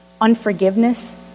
Unforgiveness